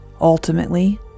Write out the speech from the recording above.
Ultimately